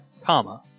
comma